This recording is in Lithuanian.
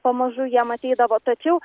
pamažu jie matydavo tačiau